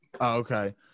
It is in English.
okay